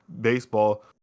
baseball